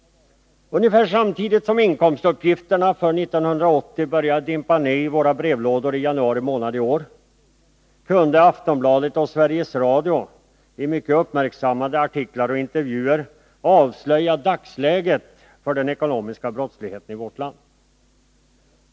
Ungefär samtidigt som inkomstuppgifterna för 1980 började dimpa ned i våra brevlådor i januari månad i år, kunde Aftonbladet och Sveriges Radio i mycket uppmärksammade artiklar och intervjuer avslöja dagsläget för den ekonomiska brottsligheten i vårt land.